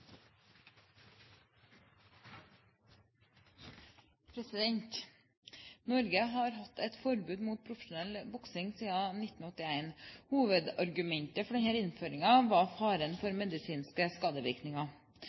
Norge har hatt et forbud mot profesjonell boksing siden 1981. Hovedargumentet for denne innføringen var faren for medisinske skadevirkninger.